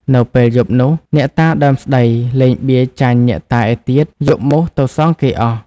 នៅពេលយប់នោះ អ្នកតាដើមស្តី លេងបៀចាញ់អ្នកតាឯទៀត យកមូសទៅសងគេអស់។